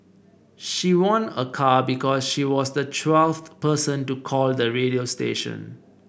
she won a car because she was the twelfth person to call the radio station